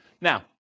Now